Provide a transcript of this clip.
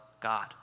God